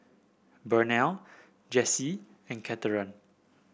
Burnell Jessy and Cathern